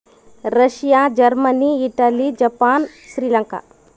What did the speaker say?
Russia Germany Italy Japan Sri Lanka